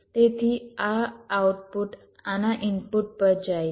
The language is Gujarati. તેથી આ આઉટપુટ આના ઇનપુટ પર જાય છે